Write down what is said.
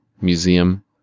museum